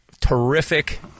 terrific